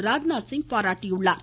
ராஜ்நாத்சிங் பாராட்டியுள்ளார்